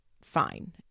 fine